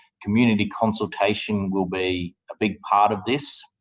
community consultation will be a big part of this.